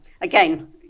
again